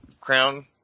Crown